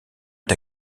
est